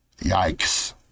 yikes